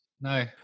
No